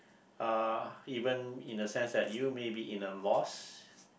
uh even in a sense that you may be in a lost